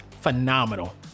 phenomenal